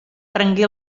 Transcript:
prengué